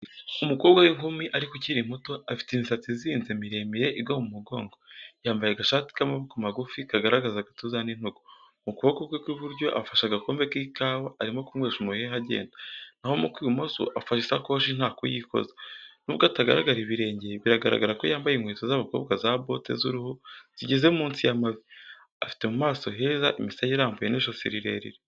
Umukobwa w'inkumi ariko ukiri muto. Afite imisatsi izinze miremire igwa mu mugongo. Yambaye agashati k'amaboko magufi kagaragaza agatuza n'intugu. Mu kuboko kwe kw'iburyo afashe agakombe k'ikawa arimo kunywesha umuheha agenda, na ho mu kw'ibumoso afashe isakoshi nta kuyikoza. Nubwo atagaragara ibirenge, biragaragara ko yambaye inkweto z'abakobwa za bote z'uruhu zigeze munsi y'amavi. Afite mu maso heza, imisaya irambuye n'ijosi rirerire.